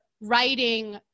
writing